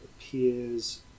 appears